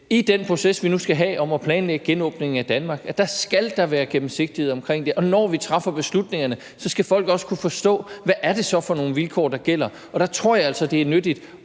i den proces med at planlægge genåbningen af Danmark, som vi nu skal have, skal der være gennemsigtighed omkring det, og når vi træffer beslutningerne, skal folk også kunne forstå, hvad det så er for nogle vilkår, der gælder. Og der tror jeg altså, at det er nyttigt